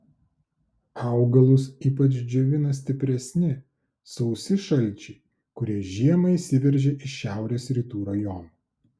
augalus ypač džiovina stipresni sausi šalčiai kurie žiemą įsiveržia iš šiaurės rytų rajonų